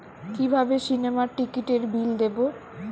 কিভাবে সিনেমার টিকিটের বিল দেবো?